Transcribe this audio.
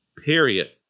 period